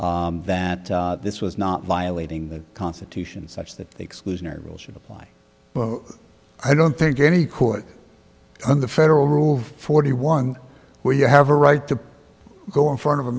that this was not violating the constitution such that the exclusionary rule should apply but i don't think any court in the federal rule forty one where you have a right to go in front of a